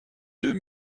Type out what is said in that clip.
deux